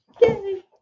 Yay